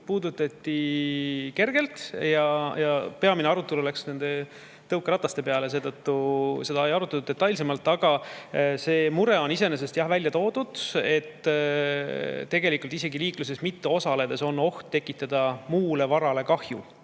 puudutati kergelt ja peamine arutelu läks tõukerataste peale. Seda ei arutatud detailsemalt. Aga see mure on jah välja toodud, et isegi liikluses mitte osaledes on oht tekitada muule varale kahju.